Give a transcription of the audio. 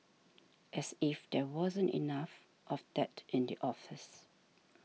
as if there wasn't enough of that in the office